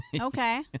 okay